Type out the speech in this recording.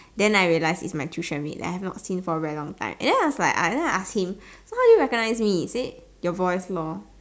then I realise it's my tuition mate that I have not seen for a very long time and then I was like and then I ask him so how do you recognise me he say your voice lor